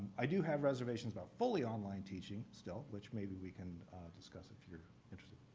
i do have reservations about fully online teaching, still, which maybe we can discuss if you're interested.